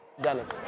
Dennis